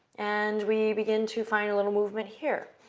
and we begin to find a little movement here,